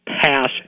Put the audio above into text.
pass